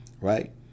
Right